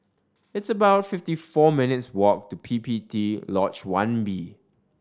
it's about fifty four minutes' walk to P P T Lodge One B